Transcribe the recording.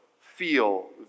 feel